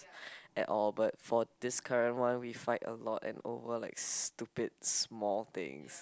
at all but for this current one we fight a lot and over like stupid small things